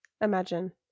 Imagine